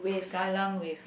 Kallang Wave